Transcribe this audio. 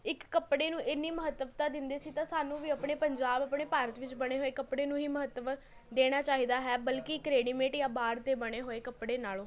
ਇੱਕ ਕੱਪੜੇ ਨੂੰ ਇੰਨੀ ਮਹੱਤਤਾ ਦਿੰਦੇ ਸੀ ਤਾਂ ਸਾਨੂੰ ਵੀ ਆਪਣੇ ਪੰਜਾਬ ਆਪਣੇ ਭਾਰਤ ਵਿੱਚ ਬਣੇ ਹੋਏ ਕੱਪੜੇ ਨੂੰ ਹੀ ਮਹੱਤਵ ਦੇਣਾ ਚਾਹੀਦਾ ਹੈ ਬਲਕਿ ਇੱਕ ਰੇਡੀਮੇਡ ਜਾਂ ਬਾਹਰ ਦੇ ਬਣੇ ਹੋਏ ਕੱਪੜੇ ਨਾਲ਼ੋਂ